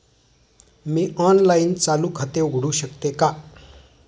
मी online चालू खाते उघडू शकते का?